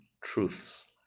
truths